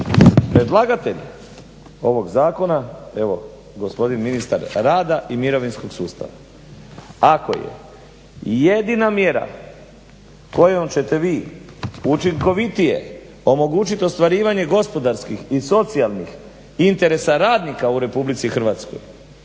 Predlagatelj ovog zakona, evo gospodin ministar rada i mirovinskog sustava, ako je jedina mjera kojom ćete vi učinkovitije omogućiti ostvarivanje gospodarskih i socijalnih interesa radnika u RH to